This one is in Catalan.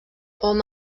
hom